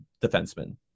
defenseman